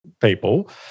people